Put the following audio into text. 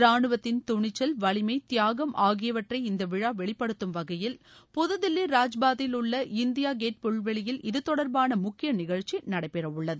ரானுவத்தின் துணிச்சல் வலிமை தியாசும் ஆகியவற்றை இந்த விழா வெளிப்படுத்தும் வகையில் புதுதில்லி ராஜ்பாத்திலுள்ள இந்தியா கேட் புல்வெளியில் இது தொடர்பான முக்கிய நிகழ்ச்சி நடைபெறவுள்ளது